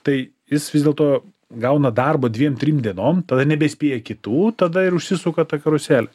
tai jis vis dėlto gauna darbo dviem trim dienom tada nebespėja kitų tada ir užsisuka ta karuselė